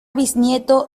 bisnieto